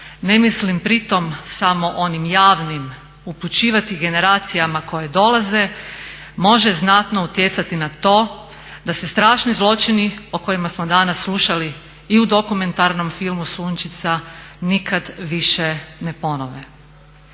ne mislim pritom samo onim javnim upućivati generacijama koje dolaze može znatno utjecati na to da se strašni zločini o kojima smo danas slušali i u dokumentarnom filmu Sunčica nikad više ne ponove.